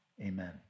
Amen